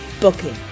Booking